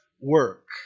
work